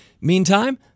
Meantime